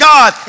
God